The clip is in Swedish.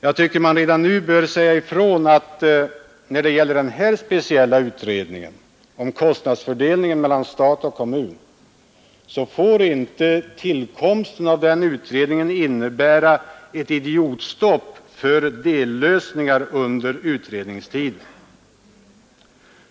Jag tycker dock att det redan nu bör sägas ifrån, att när det gäller denna speciella utredning om kostnadsfördelningen mellan stat och kommun får inte tillkomsten av den innebära ett idiotstopp för dellösningar under tiden som utredningen arbetar.